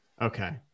Okay